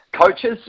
coaches